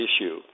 issue